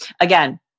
again